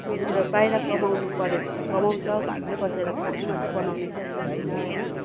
उयोतिर बाहिर कमाउनु पऱ्यो भने त कमाउँछ घरमै बसेर खाना मात्रै बनाउने खाले त होइन होइन